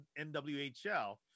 NWHL